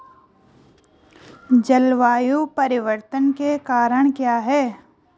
जलवायु परिवर्तन के कारण क्या क्या हैं?